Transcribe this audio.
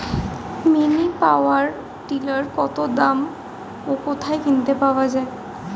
Mini power tiller কত দাম ও কোথায় কিনতে পাওয়া যায়?